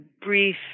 brief